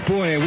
Boy